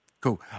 Cool